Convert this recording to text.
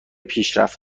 پیشرفت